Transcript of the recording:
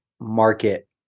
market